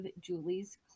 julie's